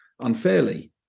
unfairly